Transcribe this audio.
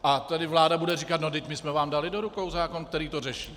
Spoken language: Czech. A tady vláda bude říkat: no vždyť my jsme vám dali do rukou zákon, který to řeší.